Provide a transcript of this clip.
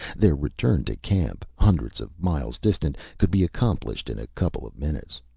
their return to camp, hundreds of miles distant, could be accomplished in a couple of minutes.